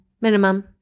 Minimum